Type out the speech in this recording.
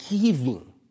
giving